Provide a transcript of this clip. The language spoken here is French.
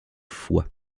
foix